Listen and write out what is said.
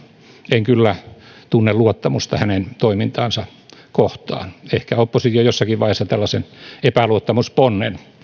en kyllä tunne luottamusta hänen toimintaansa kohtaan ehkä oppositio jossakin vaiheessa tällaisen epäluottamusponnen